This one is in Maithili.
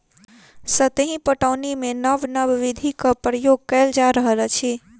सतही पटौनीमे नब नब विधिक प्रयोग कएल जा रहल अछि